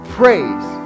praise